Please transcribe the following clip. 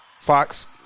Fox